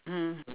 mm